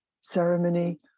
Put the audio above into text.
ceremony